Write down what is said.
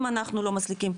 אם אנחנו לא מסליקים,